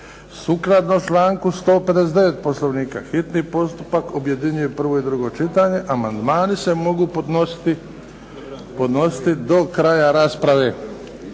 Sukladno članku 159. Poslovnika hitni postupak objedinjuje prvo i drugo čitanje. Amandmani se mogu podnositi do kraja rasprave.